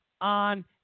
on